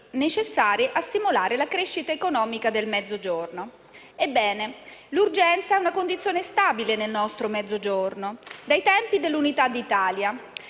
necessarie a stimolare la crescita economica del Mezzogiorno. Ebbene, l'urgenza è una condizione stabile nel nostro Mezzogiorno, dai tempi dell'Unità d'Italia.